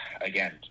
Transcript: again